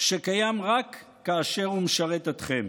שקיים רק כאשר הוא משרת אתכם.